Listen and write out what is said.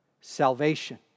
salvation